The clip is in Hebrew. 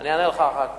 אני אענה לך אחר כך.